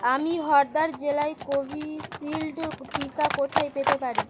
আমি হরিদ্বার জেলায় কোভিশিল্ড টিকা কোথায় পেতে পারি